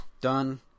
Done